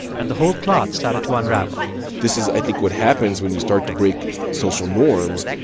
and the whole cloth started to unravel this is, i think, what happens when you start to break social norms.